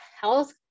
health